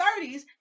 30s